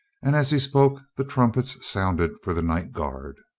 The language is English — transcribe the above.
and as he spoke the trumpets sounded for the night guard.